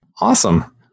Awesome